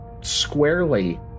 squarely